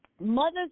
Mothers